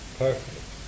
perfect